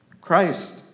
Christ